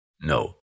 No